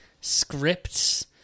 scripts